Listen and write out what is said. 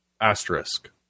asterisk